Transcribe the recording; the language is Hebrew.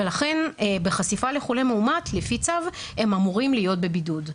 ולכן בחשיפה לחולה מאומת לפי צו הם אמורים להיות בבידוד.